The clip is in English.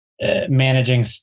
managing